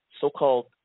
so-called